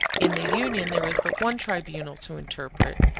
in the union there is but one tribunal to interpret,